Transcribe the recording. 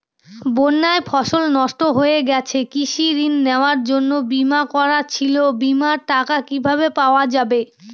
বন্যায় ফসল নষ্ট হয়ে গেছে কৃষি ঋণ নেওয়া আর বিমা করা ছিল বিমার টাকা কিভাবে পাওয়া যাবে?